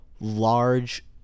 large